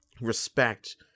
respect